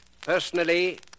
Personally